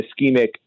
ischemic